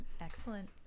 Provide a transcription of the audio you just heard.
excellent